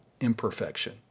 imperfection